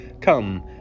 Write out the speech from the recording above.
Come